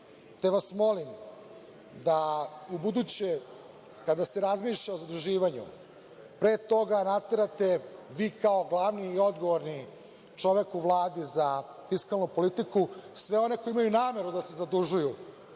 te vas molim da ubuduće kada se razmišlja o zaduživanju, pre toga naterate, vi kao glavni i odgovorni čovek u Vladi za fiskalnu politiku, sve one koji imaju nameru da se zadužuju,